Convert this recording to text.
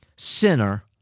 Sinner